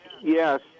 yes